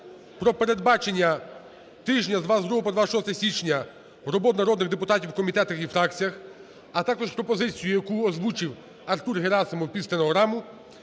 про передбачення тижня з 22 по 26 січня роботу народних депутатів в комітетах і фракціях, а також пропозицію, яку озвучив Артур Герасимов під стенограму